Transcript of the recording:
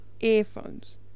earphones